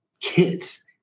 Kids